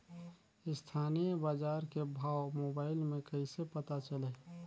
स्थानीय बजार के भाव मोबाइल मे कइसे पता चलही?